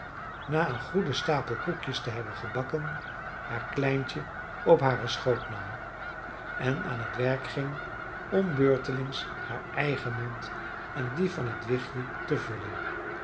na een goeden stapel koekjes te hebben gebakken haar kleintje op haren schoot nam en aan het werk ging om beurtelings haar eigen mond en dien van het wichtje te vullen